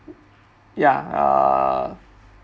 ya err